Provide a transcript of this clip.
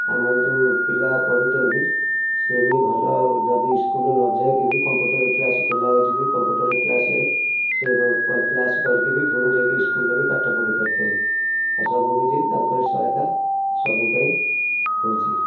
ଆମର ଯେଉଁ ପିଲା ପଢ଼ୁଛନ୍ତି ସିଏ ବି ଭଲ ଯଦି ଇସ୍କୁଲ୍ ନଯାଇକିବି କମ୍ପୁଟର୍ କ୍ଲାସ୍ ଖୋଲା ହୋଇଛି ବି କମ୍ପୁଟର୍ କ୍ଲାସ୍ ସେ କ୍ଲାସ୍ କରିକିବି ପୁଣି ଯାଇଁକି ଇସ୍କୁଲ୍ରେ ପାଠପଢ଼ି ପାରୁଛନ୍ତି ସବୁକିଛି ତାଙ୍କରି ସହାୟତା ସବୁପାଇଁ ହୋଇଛି